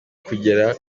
kugera